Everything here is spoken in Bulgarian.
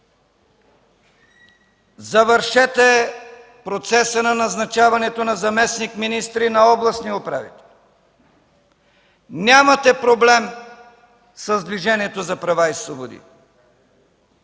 завършете процеса на назначаването на заместник-министри и на областни управители. Нямате проблем с Движението за права и свободи!